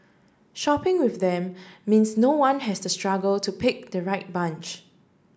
shopping with them means no one has to struggle to pick the right bunch